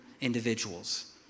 individuals